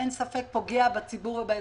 אין ספק שזה פוגע בציבור ובאזרחים,